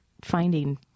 finding